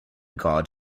god